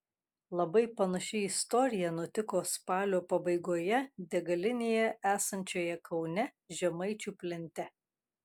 labai panaši istorija nutiko spalio pabaigoje degalinėje esančioje kaune žemaičių plente